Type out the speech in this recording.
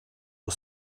was